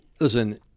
Listen